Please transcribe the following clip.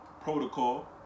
protocol